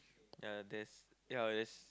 ya there's ya is